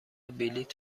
بلیط